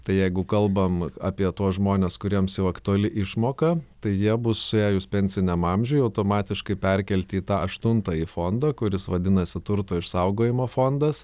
tai jeigu kalbam apie tuos žmones kuriems jau aktuali išmoka tai jie bus suėjus pensiniam amžiui automatiškai perkelti į tą aštuntąjį fondą kuris vadinasi turto išsaugojimo fondas